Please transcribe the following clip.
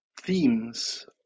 themes